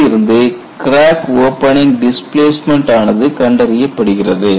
இதிலிருந்து crack tip opening displacement ஆனது கண்டறியப்படுகிறது